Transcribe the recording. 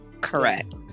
Correct